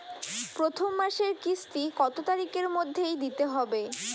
প্রথম মাসের কিস্তি কত তারিখের মধ্যেই দিতে হবে?